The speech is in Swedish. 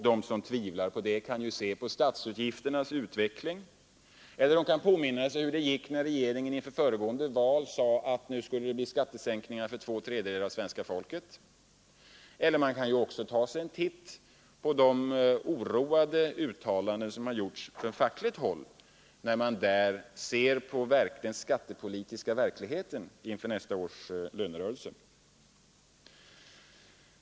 De som tvivlar på det kan ju se på statsutgifternas utveckling eller påminna sig hur det gick när regeringen inför föregående val sade att det skulle bli skattesänkningar för två tredjedelar av svenska folket. Man kan också ta sig en titt på de oroade uttalanden som har gjorts från fackligt håll när man där sett på den skattepolitiska verkligheten inför nästa års lönerörelse.